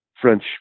French